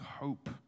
hope